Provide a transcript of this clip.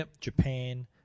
Japan